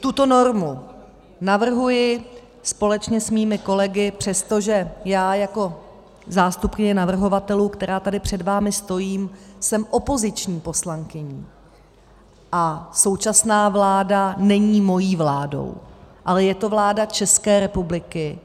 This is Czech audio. Tuto normu navrhuji společně s mými kolegy, přestože já jako zástupkyně navrhovatelů, která tady před vámi stojím, jsem opoziční poslankyní a současná vláda není mou vládou, ale je to vláda České republiky